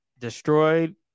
destroyed